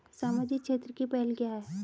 सामाजिक क्षेत्र की पहल क्या हैं?